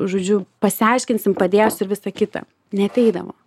žodžiu pasiaiškinsim padėsiu ir visa kita neateidavo